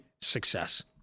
success